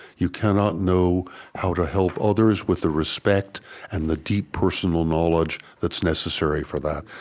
you cannot know how to help others with the respect and the deep personal knowledge that's necessary for that.